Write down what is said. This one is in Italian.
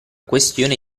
questione